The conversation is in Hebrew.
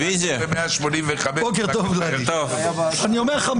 הסתייגות 185. מתן,